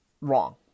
wrong